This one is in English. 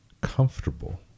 comfortable